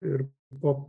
ir pop